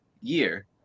year